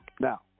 Now